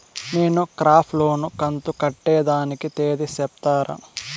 నేను crop loan కంతు కట్టేదానికి తేది సెప్తారా?